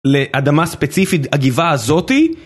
לאדמה ספציפית הגבעה הזאתי